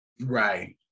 Right